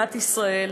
במדינת ישראל.